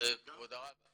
לפסול ולא לאשר.